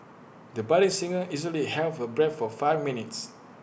the budding singer easily held her breath for five minutes